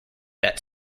that